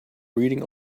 reading